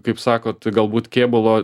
kaip sakot galbūt kėbulo